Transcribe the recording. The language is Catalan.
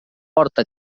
porta